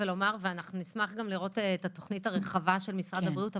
אנחנו נשמח לראות את התוכנית הרחבה של משרד הבריאות,